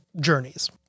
journeys